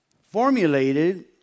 formulated